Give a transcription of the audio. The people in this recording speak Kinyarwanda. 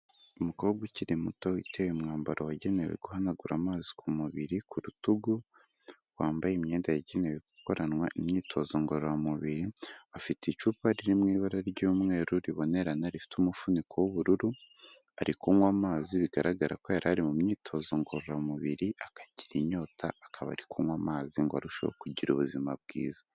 Umukobwa ukiri muto witeye umwambaro wagenewe guhanagura amazi ku mubiri ku rutugu, wambaye imyenda yagenewe gukoranwa imyitozo ngororamubiri afite icupa riri mu ibara ry'umweru ribonerana rifite umufuniko w'ubururu, ari kunywa amazi, bigaragara ko yarari mu myitozo ngororamubiri, akagira inyota akaba ari kunywa amazi ngo arusheho kugira ubuzima bwiza.